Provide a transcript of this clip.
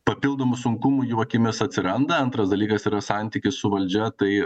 papildomų sunkumų juokiamės atsiranda antras dalykas yra santykis su valdžia tai